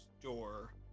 door